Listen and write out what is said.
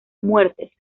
muertes